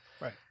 Right